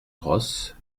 brosse